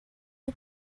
you